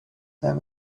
there